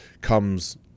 comes